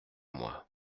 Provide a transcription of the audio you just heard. moi